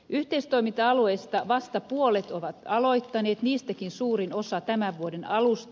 yhteistoiminta alueista vasta puolet on aloittanut niistäkin suurin osa tämän vuoden alusta